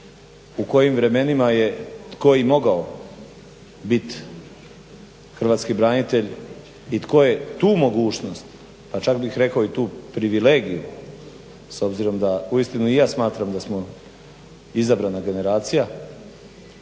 u kojim vremenima je tko i mogao bit hrvatski branitelj i tko je tu mogućnost, pa čak bih rekao i tu privilegiju s obzirom da uistinu i ja smatram da smo izabrana generacija